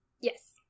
yes